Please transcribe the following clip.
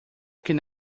can